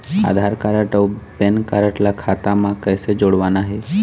आधार card अऊ PAN card ला खाता म कइसे जोड़वाना हे?